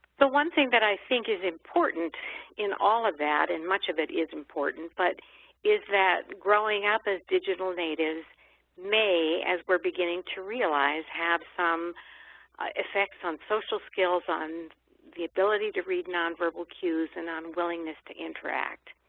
the one thing that i think is important in all of that and much of it is important but is that growing up as digital natives may, as we're beginning to realize, have some effects on social skills, on the ability to read nonverbal queues and on willingness to interact.